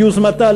ביוזמתה,